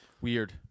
weird